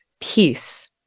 peace